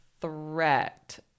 threat